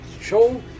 show